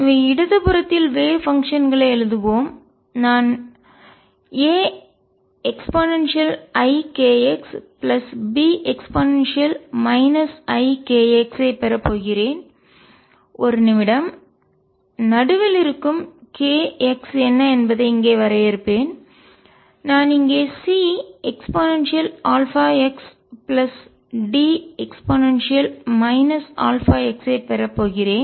எனவே இடதுபுறத்தில் வேவ் பங்ஷன்களை அலை செயல்பாடு எழுதுவோம் நான் Ae ikx Be ikx ஐப் பெறப்போகிறேன் ஒரு நிமிடம் நடுவில் இருக்கும் k x என்ன என்பதை இங்கே வரையறுப்பேன் நான் இங்கே C eαx D e αx ஐப் பெறப்போகிறேன்